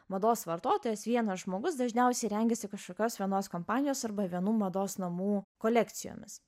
mados vartotojas vienas žmogus dažniausiai rengiasi kažkokios vienos kompanijos arba vienų mados namų kolekcijomis